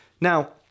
Now